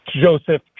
joseph